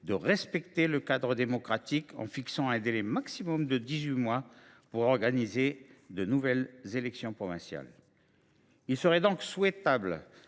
de respecter le cadre démocratique, en fixant un délai maximal de dix huit mois pour organiser de nouvelles élections provinciales. Il serait donc souhaitable